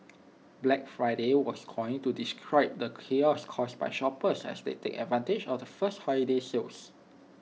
Black Friday was coined to describe the chaos caused by shoppers as they take advantage of the first holiday sales